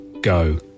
go